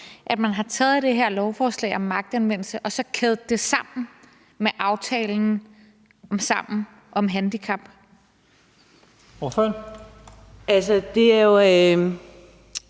at man har taget det her lovforslag om magtanvendelse og kæder det sammen med aftalen om Sammen om handicap. Kl. 23:22 Første